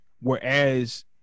whereas